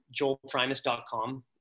joelprimus.com